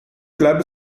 club